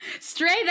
straight